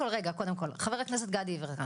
חבר הכנסת גדי יברקן,